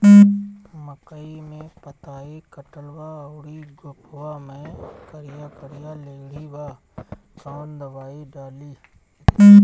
मकई में पतयी कटल बा अउरी गोफवा मैं करिया करिया लेढ़ी बा कवन दवाई डाली?